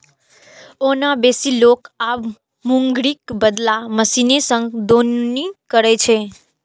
ओना बेसी लोक आब मूंगरीक बदला मशीने सं दौनी करै छै